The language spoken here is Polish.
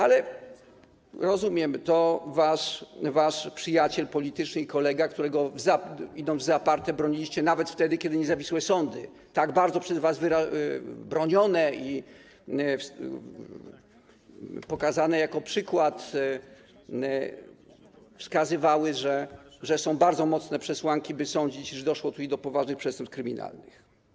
Ale rozumiem, to wasz przyjaciel polityczny i kolega, którego, idąc w zaparte, broniliście nawet wtedy, kiedy niezawisłe sądy, tak bardzo przez was bronione i pokazywane jako przykład, wskazywały, że są bardzo mocne przesłanki, by sądzić, że doszło tutaj do poważnych przestępstw kryminalnych.